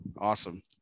awesome